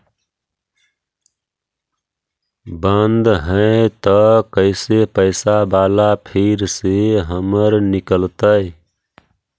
बन्द हैं त कैसे पैसा बाला फिर से हमर निकलतय?